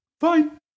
fine